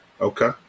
okay